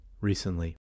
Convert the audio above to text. recently